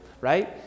right